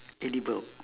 edible